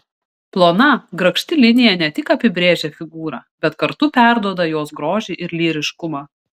plona grakšti linija ne tik apibrėžia figūrą bet kartu perduoda jos grožį ir lyriškumą